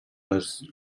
les